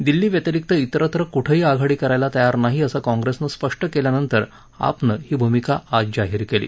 दिल्लीव्यतिरिक्त तिस्त्र कुठेही आघाडी करायला तयार नाही असं काँग्रेसनं स्पष्ट केल्यानंतर आपनं ही भूमिका आज जाहीर केली